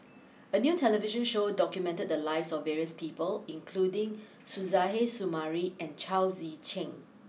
a new television show documented the lives of various people including Suzairhe Sumari and Chao Tzee Cheng